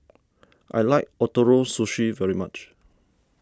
I like Ootoro Sushi very much